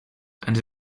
and